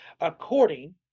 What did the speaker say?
according